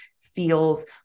feels